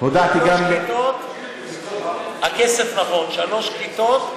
הכסף הוא עבור שלוש כיתות.